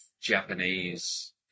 Japanese